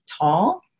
tall